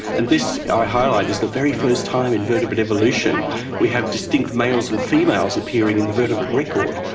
and this i highlight is the very first time in vertebrate evolution we have distinct males and females appearing in the vertebrate record.